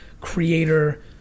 creator